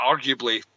arguably